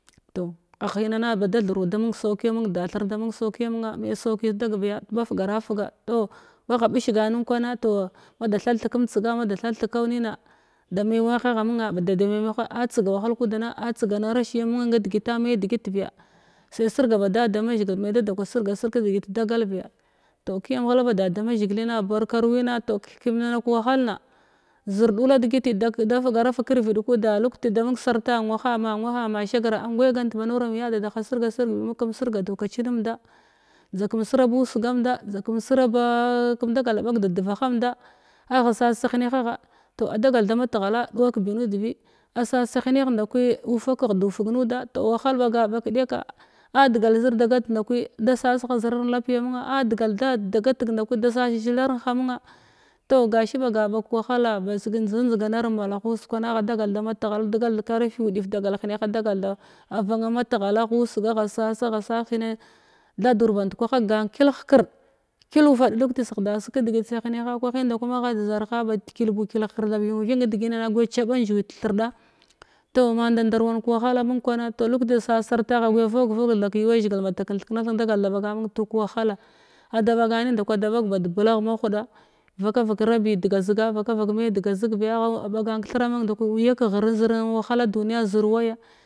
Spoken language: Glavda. Toh a hinana ba thaduro da mung sauki a mung. Da thirn da mung sauki amunna me sauki deg biya bafgara fuga toh bagha ɓish gan ninkwna toh ma da thal theg kamtsega mada thal thal theg ksu nuns da me wahagha á tsega wahal kudana a tsiga rashiya mungdegita ma’i nedigit biya sai sirga ba da da mazhigil me da da kwa sirga kədigit dagal biya toh kiyam ghala ba dada mazhigilina bakaru wina toh kethkiyanna kawahalna zir ɗula degiti da fugara fug kirvid kuda lukti da mung sarta nwaha ma nwaha ma shagra am gwaigant ba nuram yada daha sirga sirf bimo kəm sirgadau kaci bbunnda njda kəm sirga bu nnumnda nijda kam sira ba-a-á kəm dagal dabəg dedivahamnda agha sasa henahagha to a adagal da ma teghala duwakbi nudbi asasa henah ndawki ufakagh chufug nuda toh wahal ɓaga ɓag ke ɗekka a`degal zirda gatig nda kwi da sasha ziran lapia amunna a dagal sa da gatig nda kwi da sas zilaren ha munna tohgashi ɓaga ɓag ku. Wahala ba zig njdiganarim malahus kwana agha dagal da matghal indigal de karfi udif daga henah a dagal da a vanna matghal agha ysga agh sas agha sas hene thadur band kwah agan kyil hekird kyu ufad lukti sighda sig kedigit sa heneha kwahin da kwi magha de zarha ba kyil bu kyil hekirda angha ba thenwu theng deginna aguya caga nju’i de thirda toh ma nda dar wanin kawahala num kwana toh lukti da sas sarta agha guya vog-vog tha kayuwa zhigil matak in thekna indegal da baga n mun tu wahala ada ɓaganin nda kwa ada bag bad lagh ma huda vaka vak rabi dediga ziga vaka vak me diga zig biya agha ɓagan kethira mung dakwi wuyak ghr wahala duniya zir waya